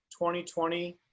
2020